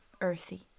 earthy